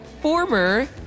former